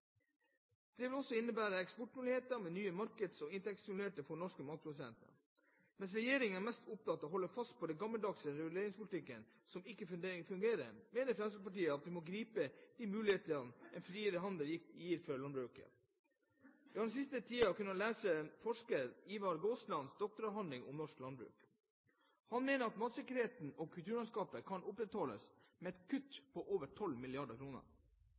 Det vil også innebære eksportmuligheter og nye markeds- og inntektsmuligheter for norske matprodusenter. Mens regjeringen er mest opptatt av å holde fast på den gammeldagse reguleringspolitikken som ikke fungerer, mener Fremskrittspartiet at vi må gripe de mulighetene en friere handel gir for landbruket. Vi har i den siste tiden kunnet lese forsker Ivar Gaaslands doktoravhandling om norsk landbruk. Han mener at matsikkerheten og kulturlandskapet kan opprettholdes med et kutt på over